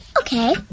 Okay